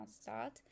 start